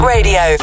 Radio